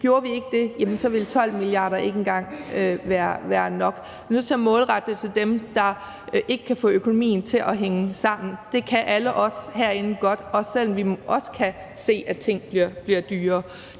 gjorde vi ikke det, ville 12 mia. kr. ikke engang være nok. Vi er nødt til at målrette det til dem, der ikke kan få økonomien til at hænge sammen. Det kan alle os herinde godt, også selv om vi også kan se, at ting bliver dyrere.